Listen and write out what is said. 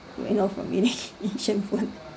you know from eating asian food